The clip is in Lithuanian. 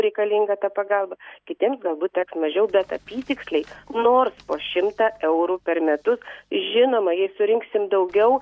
reikalinga ta pagalba kitiems galbūt teks mažiau bet apytiksliai nors po šimtą eurų per metus žinoma jei surinksim daugiau